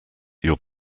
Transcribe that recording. your